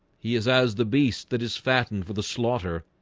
he is as the beast that is fattened for the slaughter.